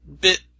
bit